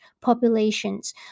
populations